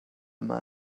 yma